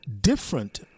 different